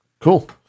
cool